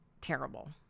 terrible